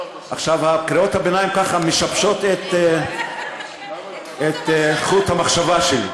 קריאות הביניים משבשות את חוט המחשבה שלי.